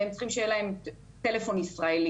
והם צריכים שיהיה להם טלפון ישראלי,